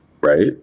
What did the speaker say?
right